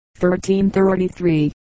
1333